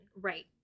Right